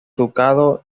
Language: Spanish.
ducado